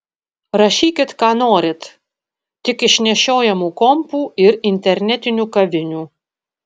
rašykit ką norit tik iš nešiojamų kompų ir internetinių kavinių